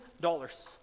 dollars